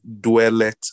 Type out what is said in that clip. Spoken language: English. dwelleth